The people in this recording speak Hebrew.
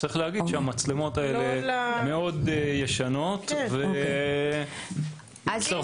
אבל אלה מצלמות מאוד ישנות --- אם זה